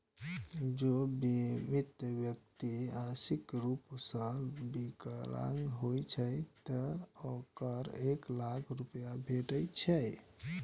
जौं बीमित व्यक्ति आंशिक रूप सं विकलांग होइ छै, ते ओकरा एक लाख रुपैया भेटै छै